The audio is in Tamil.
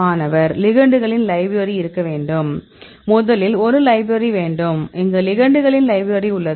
மாணவர் லிகெண்டுகளின் லைப்ரரி இருக்க வேண்டும் முதலில் ஒரு லைப்ரரி வேண்டும் இங்கு லிகெண்டுகளின் லைப்ரரி உள்ளது